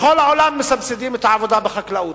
בכל העולם מסבסדים את העבודה בחקלאות.